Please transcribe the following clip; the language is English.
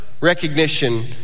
recognition